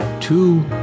two